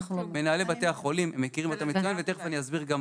כן, אבל אי אפשר שתדברי כל הוועדה.